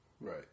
Right